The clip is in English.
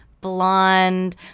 blonde